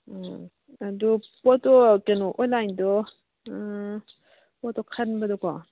ꯎꯝ ꯑꯗꯨ ꯄꯣꯠꯇꯨ ꯀꯩꯅꯣ ꯑꯣꯟꯂꯥꯏꯟꯗꯣ ꯑꯥ ꯄꯣꯠꯇꯣ ꯈꯟꯕꯗꯣꯀꯣ